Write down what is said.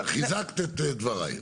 בסדר, חיזקת את דבריי.